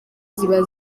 ziba